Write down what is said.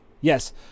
Yes